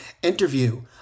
Interview